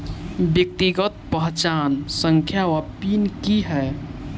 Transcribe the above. व्यक्तिगत पहचान संख्या वा पिन की है?